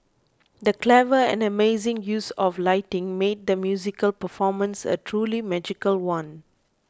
the clever and amazing use of lighting made the musical performance a truly magical one